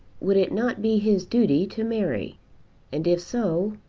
would it not be his duty to marry and, if so,